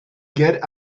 get